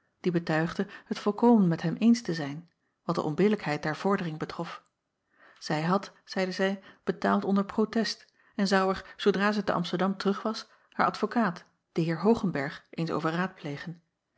die betuigde het volkomen met hem eens te zijn wat de onbillijkheid der vordering betrof zij had zeide zij betaald onder protest en zou er zoodra zij te msterdam terug was haar advokaat den eer oogenberg eens over raadplegen